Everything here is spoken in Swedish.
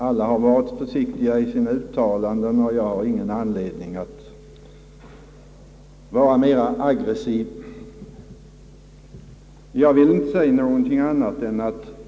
Alla har varit försiktiga i sina uttalanden, och jag har ingen anledning att vara aggressiv.